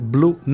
Blue